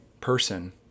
person